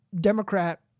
Democrat